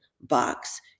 box